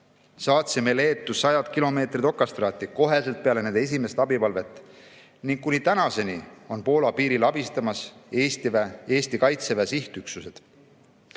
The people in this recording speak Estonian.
Saatsime Leetu sajad kilomeetrid okastraati kohe peale esimest abipalvet. Kuni tänaseni on Poola piiril abistamas Eesti Kaitseväe sihtüksused.